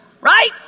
Right